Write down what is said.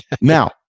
Now